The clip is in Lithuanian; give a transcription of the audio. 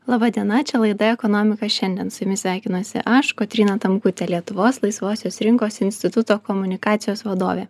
laba diena čia laida ekonomika šiandien su jumis sveikinuosi aš kotryna tamkutė lietuvos laisvosios rinkos instituto komunikacijos vadovė